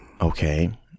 okay